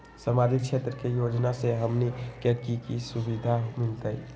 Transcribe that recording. सामाजिक क्षेत्र के योजना से हमनी के की सुविधा मिलतै?